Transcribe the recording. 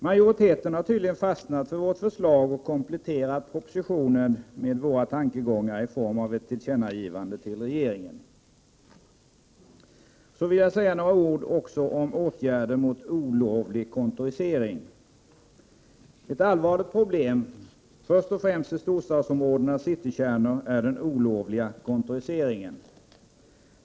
Majoriteten har tydligen fastnat för vårt förslag och kompletterat propositionen med våra tankegångar i form av ett tillkännagivande till regeringen. Jag vill säga några ord om åtgärder mot olovlig kontorisering. Ett allvarligt problem först och främst i storstadsområdenas citykärnor är den olovliga kontoriseringen.